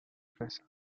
فرستم